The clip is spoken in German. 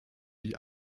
die